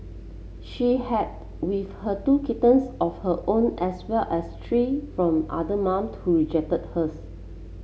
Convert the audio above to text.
she had with her two kittens of her own as well as three from another mum who rejected hers